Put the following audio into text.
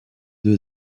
deux